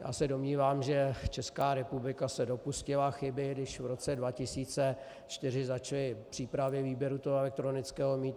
Já se domnívám, že Česká republika se dopustila chyby, když v roce 2004 začaly přípravy výběru toho elektronického mýta.